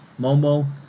Momo